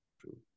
True